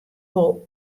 wol